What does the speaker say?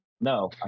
No